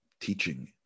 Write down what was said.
Teaching